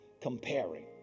comparing